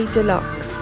Deluxe